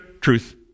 truth